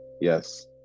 yes